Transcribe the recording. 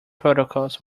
protocols